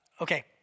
Okay